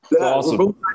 Awesome